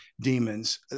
demons